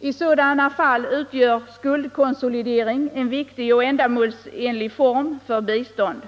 I sådana fall utgör skuldkonsolidering en viktig och ändamålsenlig form för bistånd.